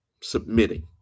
Submitting